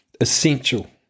essential